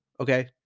Okay